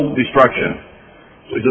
destruction